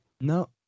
No